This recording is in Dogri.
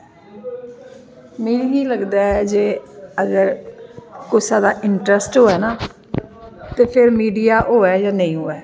मिगी लगदा जे अगर कुसै दा इंटरस्ट होऐ ना ते फिर मीडिया होऐ जां नेईं होऐ